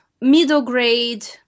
middle-grade